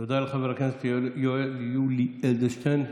תודה לחבר הכנסת יולי יואל אדלשטיין.